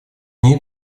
ней